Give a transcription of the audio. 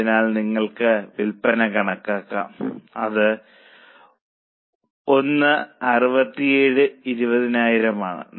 അതിനാൽ നിങ്ങൾക്ക് വിൽപ്പന കണക്കാക്കാം അത് 16720000 ആണ്